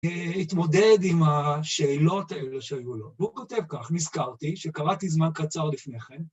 להתמודד עם השאלות האלה שהיו לו. והוא כותב כך, נזכרתי, שקראתי זמן קצר לפני כן.